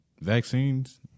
Vaccines